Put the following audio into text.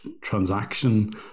transaction